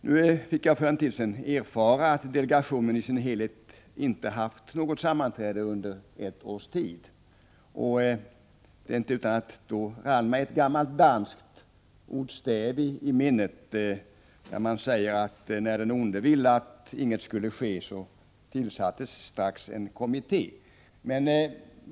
Nu fick jag för en tid sedan erfara att delegationen i sin helhet inte har haft något sammanträde på ett års tid. Och då rann mig ett gammalt dansk ordstäv i minnet. Det lyder: När den onde ville att intet skulle ske tillsattes strax en kommitté.